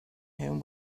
him